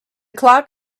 clock